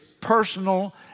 personal